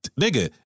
nigga